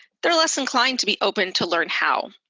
they're less inclined to be open to learn how.